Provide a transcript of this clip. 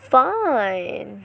fine